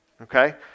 okay